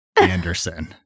Anderson